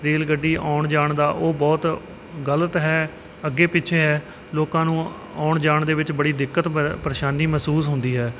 rail ਗੱਡੀ ਆਉਣ ਜਾਣ ਦਾ ਉਹ ਬਹੁਤ ਗਲਤ ਹੈ ਅੱਗੇ ਪਿੱਛੇ ਹੈ ਲੋਕਾਂ ਨੂੰ ਆਉਣ ਜਾਣ ਦੇ ਵਿੱਚ ਬੜੀ ਦਿੱਕਤ ਪ ਪਰੇਸ਼ਾਨੀ ਮਹਿਸੂਸ ਹੁੰਦੀ ਹੈ